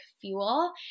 fuel